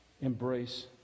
embrace